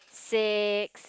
six